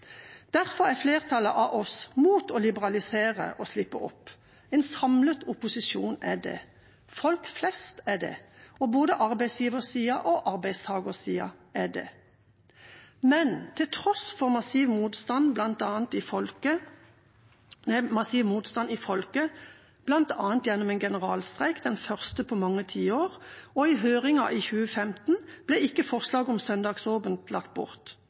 Derfor er flertallet av oss imot å liberalisere og slippe opp. En samlet opposisjon er det. Folk flest er det. Både arbeidsgiversiden og arbeidstakersiden er det. Men til tross for massiv motstand i folket, bl.a. gjennom en generalstreik, den første på mange tiår, og i høringen i 2015, ble ikke forslaget om søndagsåpent lagt bort.